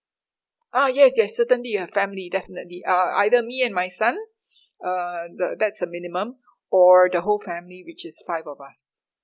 ah yes yes certainly a family definitely uh either me and my son uh the that's the minimum or the whole family which is five of us